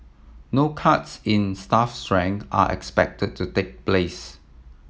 no cuts in staff strength are expected to take place